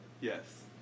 Yes